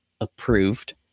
approved